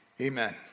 amen